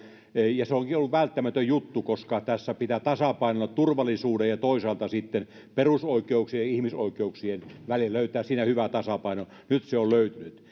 ja se onkin ollut välttämätön juttu koska tässä pitää tasapainoilla turvallisuuden ja toisaalta sitten perusoikeuksien ja ihmisoikeuksien välillä löytää siinä hyvä tasapaino nyt se on löytynyt